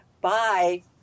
Bye